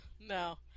no